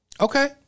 okay